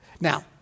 Now